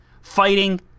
fighting